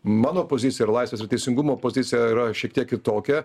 mano pozicija ir laisvės ir teisingumo pozicija yra šiek tiek kitokia